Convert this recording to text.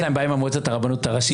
יש להם בעיה עם מועצת הרבנות הראשית.